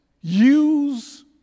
Use